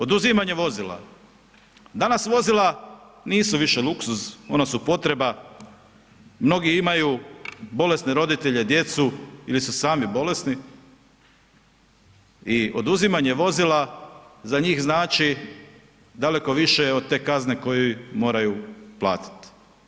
Oduzimanje vozila, danas vozila nisu više luksuz, ona su potreba, mnogi imaju bolesne roditelje, djecu ili su sami bolesni i oduzimanje vozila za njih znači daleko više od te kazne koju moraju platiti.